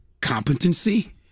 competency